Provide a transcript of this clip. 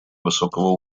высокого